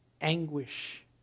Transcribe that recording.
anguish